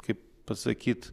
kaip pasakyt